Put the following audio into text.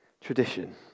tradition